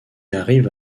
arrive